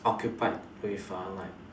occupied with uh like